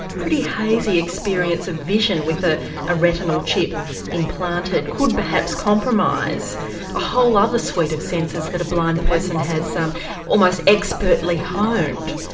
pretty hazy experience of vision with ah a retinal chip implanted could perhaps compromise a whole other suite of senses that a blind person has almost expertly honed?